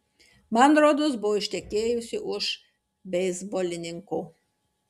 man rodos buvo ištekėjusi už beisbolininko